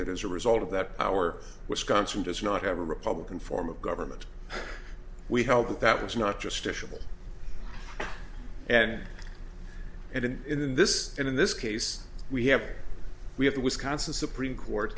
that as a result of that our wisconsin does not have a republican form of government we held that that was not just issue and and in in this in this case we have we have the wisconsin supreme court